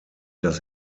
das